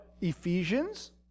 Ephesians